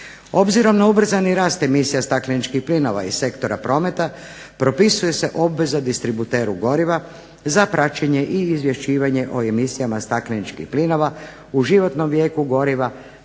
Obzirom na ubrzani rast emisija stakleničkih plinova i sektora prometa propisuje se obveza distributeru goriva za praćenje i izvješćivanje o emisijama stakleničkih plinova u životnom vijeku goriva,